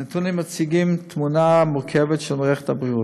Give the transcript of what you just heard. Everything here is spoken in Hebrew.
הנתונים מציגים תמונה מורכבת של מערכת הבריאות.